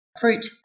fruit